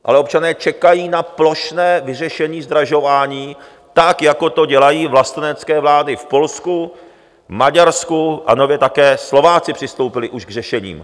Ale občané čekají na plošné vyřešení zdražování, tak jako to dělají vlastenecké vlády v Polsku, Maďarsku, a nově také Slováci přistoupili už k řešení.